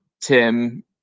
Tim